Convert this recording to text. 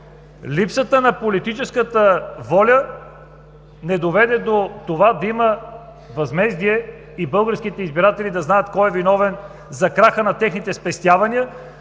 липсата на политическа воля не доведе до това да има възмездие и българските избиратели да знаят кой е виновен за краха на техните спестявания,